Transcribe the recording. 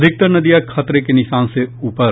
अधिकतर नदियां खतरे के निशान से ऊपर